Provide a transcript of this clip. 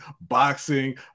boxing